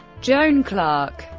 joan clarke,